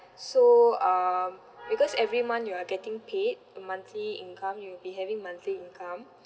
so um because every month you are getting paid a monthly income you'll be having monthly income